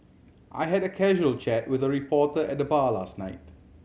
I had a casual chat with a reporter at the bar last night